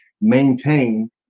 maintain